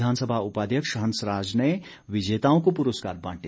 विधानसभा उपाध्यक्ष हंसराज ने विजेताओं को पुरस्कार बांटे